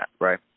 right